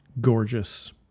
Gorgeous